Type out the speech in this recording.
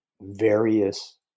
various